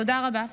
תודה רבה.